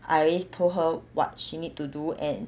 I already told her what she need to do and